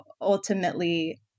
ultimately